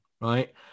right